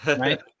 right